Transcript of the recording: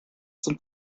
zum